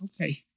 Okay